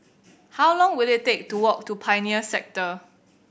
how long will it take to walk to Pioneer Sector